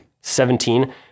Seventeen